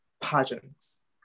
pageants